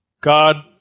God